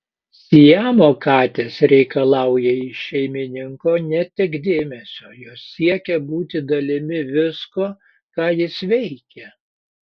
siamo katės reikalauja iš šeimininko ne tik dėmesio jos siekia būti dalimi visko ką jis veikia